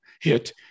hit